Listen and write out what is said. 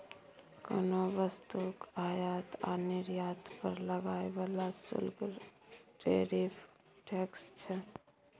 कोनो वस्तुक आयात आ निर्यात पर लागय बला शुल्क टैरिफ टैक्स छै